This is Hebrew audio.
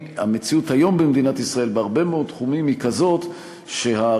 המציאות היום במדינת ישראל בהרבה מאוד תחומים היא כזאת שהרגולציה